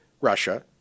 Russia